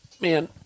man